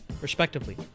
respectively